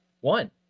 one